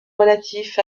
relatif